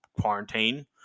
quarantine